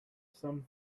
some